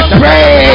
pray